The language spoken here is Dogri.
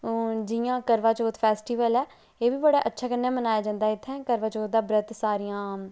जियां करवाचौथ फैस्टिवल ऐ एह् बी बड़ा अच्छा कन्नै मनाया जंदा इत्थै करवाचौथ दा व सारियां